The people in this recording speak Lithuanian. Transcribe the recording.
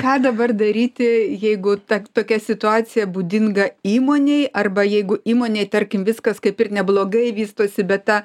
ką dabar daryti jeigu ta tokia situacija būdinga įmonei arba jeigu įmonėj tarkim viskas kaip ir neblogai vystosi bet ta